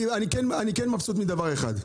אני כן מבסוט מדבר אחד: